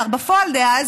שר בפועל דאז,